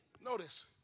Notice